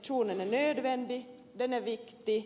det är ingen självklarhet